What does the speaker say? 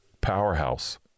powerhouse